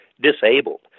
disabled